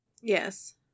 Yes